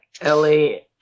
Ellie